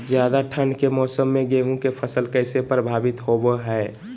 ज्यादा ठंड के मौसम में गेहूं के फसल कैसे प्रभावित होबो हय?